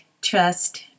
trust